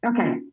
Okay